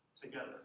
together